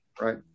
right